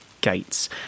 gates